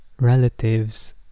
relatives